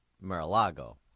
Mar-a-Lago